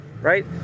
right